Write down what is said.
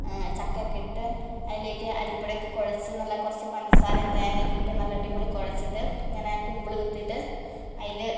ചക്കയക്കെ ഇട്ട് അതിലേക്ക് അരിപ്പൊടിയൊക്കെ കുഴച്ച് നല്ല കുറച്ച് പഞ്ചസാരയും തേങ്ങയൊക്കെ ഇട്ട് നല്ല അടിപൊളി കുഴച്ചിട്ട് ഇങ്ങനെ കുമ്പിൾ കുത്തിയിട്ട് അതില്